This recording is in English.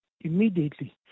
immediately